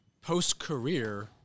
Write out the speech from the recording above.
post-career